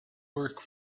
work